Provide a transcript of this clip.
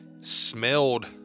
smelled